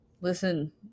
Listen